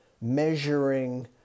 measuring